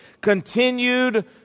continued